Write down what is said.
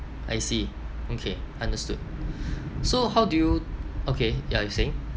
I see okay understood so how do you okay ya you're saying